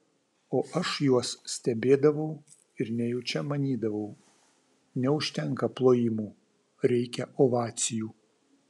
o aš juos stebėdavau ir nejučia manydavau neužtenka plojimų reikia ovacijų